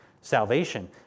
salvation